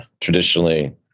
traditionally